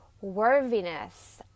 worthiness